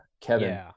Kevin